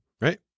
Right